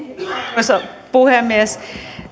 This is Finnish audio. arvoisa puhemies